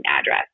address